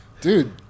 Dude